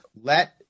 Let